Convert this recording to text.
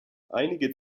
einige